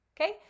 okay